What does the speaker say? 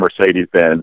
Mercedes-Benz